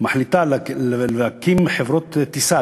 מחליטה היום להקים חברות טיסה,